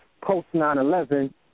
post-9-11